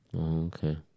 Okay